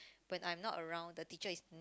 when I'm not around the teacher is